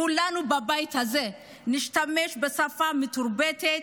כולנו בבית הזה נשתמש בשפה מתורבתת,